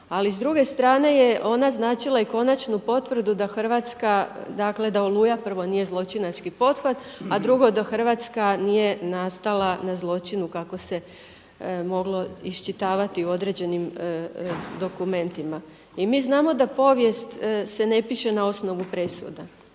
Ali s druge strane je ona značila i konačnu potvrdu da Hrvatska, dakle da Oluja prvo nije zločinački pothvat, a drugo da Hrvatska nije nastala na zločinu kako se moglo iščitavati u određenim dokumentima. I mi znamo da povijest se ne piše na osnovu presuda,